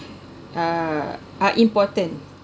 are are important